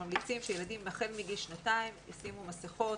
שהם ממליצים שילדים החל מגיל שנתיים יעטו מסכות